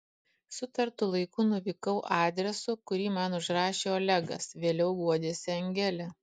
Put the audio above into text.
sutartu laiku nuvykau adresu kurį man užrašė olegas vėliau guodėsi angelė